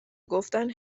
گفتن